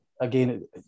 again